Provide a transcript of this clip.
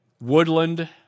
Woodland